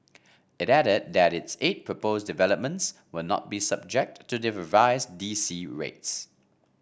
it added that its eight proposed developments will not be subject to the revised D C rates